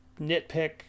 nitpick